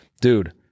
dude